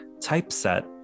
typeset